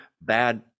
bad